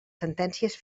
sentències